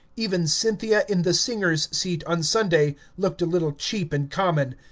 even cynthia in the singers' seat on sunday looked a little cheap and common.